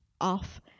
off